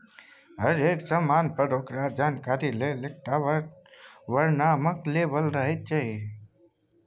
हरेक समान पर ओकर जानकारी लेल एकटा वर्णनात्मक लेबल रहैत छै